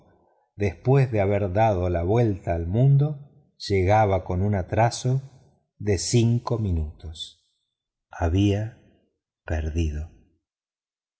después de haber dado la vuelta al mundo llegaba con un atraso de cinco minutos había perdido